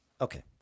Okay